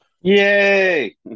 yay